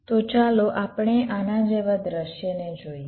તો ચાલો આપણે આના જેવા દૃશ્યને જોઈએ